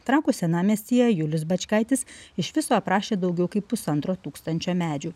trakų senamiestyje julius bačkaitis iš viso aprašė daugiau kaip pusantro tūkstančio medžių